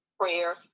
Prayer